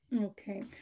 Okay